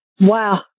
Wow